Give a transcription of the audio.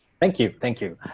thank you. thank you.